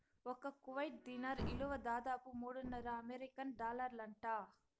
ఒక్క కువైట్ దీనార్ ఇలువ దాదాపు మూడున్నర అమెరికన్ డాలర్లంట